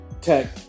tech